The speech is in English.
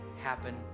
happen